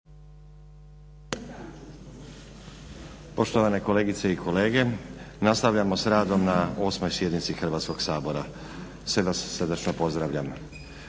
Poštovane kolegice i kolege, nastavljamo sa radom na 8. sjednici Hrvatskoga sabora. Sve vas srdačno pozdravljam.